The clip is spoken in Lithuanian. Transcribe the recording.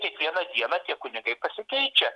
kiekvieną dieną tie kunigai pasikeičia